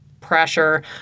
pressure